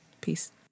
Peace